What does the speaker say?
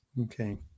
okay